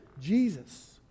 Jesus